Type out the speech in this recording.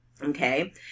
Okay